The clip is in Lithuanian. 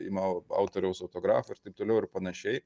ima autoriaus autografą ir taip toliau ir panašiai